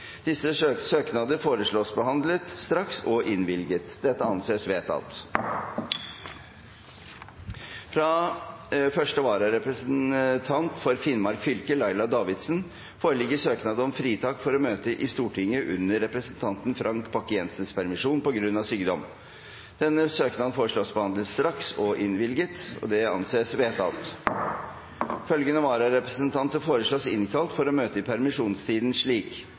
Disse søknader foreslås behandlet straks og innvilget. – Det anses vedtatt. Fra første vararepresentant for Finnmark fylke, Laila Davidsen, foreligger søknad om fritak for å møte i Stortinget under representanten Frank Bakke-Jensens permisjon, på grunn av sykdom. Etter forslag fra presidenten ble enstemmig besluttet: Søknaden behandles straks og innvilges. Følgende vararepresentanter innkalles for å møte i permisjonstiden slik: